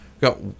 got